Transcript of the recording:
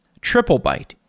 TripleByte